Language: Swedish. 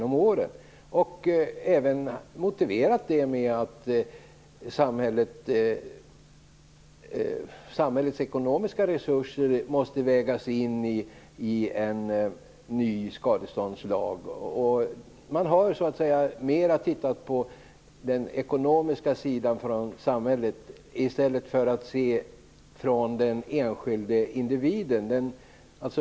De har även motiverat det med att samhällets ekonomiska resurser måste vägas in i en ny skadeståndslag. Man har tittat på den ekonomiska sidan ur samhällets perspektiv i stället för att se det ur den enskilde individens perspektiv.